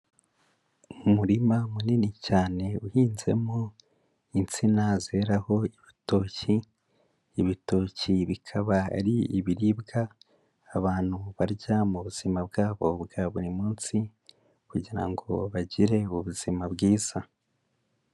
Umurima munini cyane uhinzemo insina zeraho ibitoki, ibitoki bikaba ari ibiribwa abantu barya mu buzima bwabo bwa buri munsi kugira ngo bagire ubuzima bwiza.